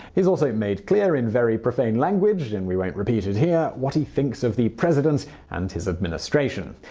he's also made clear in very profane language. and we won't repeat it here. what he thinks of the president and his administration.